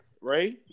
Ray